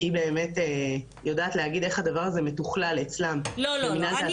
כי היא יודעת להגיד איך הדבר הזה מתוכלל אצלם במינהל תעסוקה.